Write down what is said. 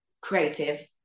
creative